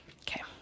Okay